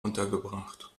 untergebracht